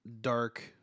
dark